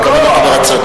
ואנחנו נקבל אותו ברצון.